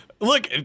look